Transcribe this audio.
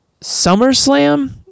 SummerSlam